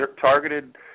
targeted